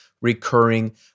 recurring